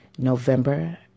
November